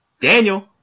Daniel